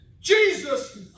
Jesus